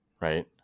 right